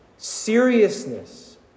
seriousness